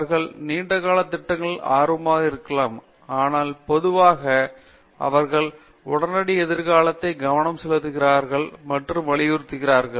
அவர்கள் நீண்ட கால திட்டங்களில் ஆர்வமாக இருக்கலாம் ஆனால் பொதுவாக அவர்கள் உடனடி எதிர்காலத்தை கவனம் செலுத்துகிறார்கள் மற்றும் வலியுறுத்துகிறார்கள்